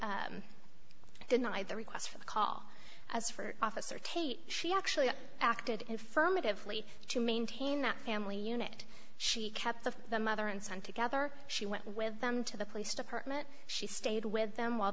he denied the request for a call as for officer tate she actually acted infirmity of late to maintain that family unit she kept the the mother and son together she went with them to the police department she stayed with them while